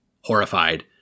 horrified